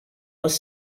was